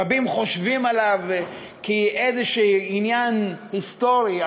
רבים חושבים עליו כעניין היסטורי,